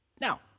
Now